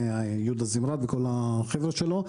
ועם יהודה זימרת וכל החבר'ה שלו.